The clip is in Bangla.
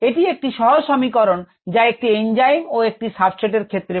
এটি একটি সহজ সমিকরন যা একটি এঞ্জাইম ও একটি সাবস্ট্রেট এর ক্ষেত্রে